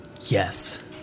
Yes